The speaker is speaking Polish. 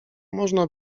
można